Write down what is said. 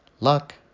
Luck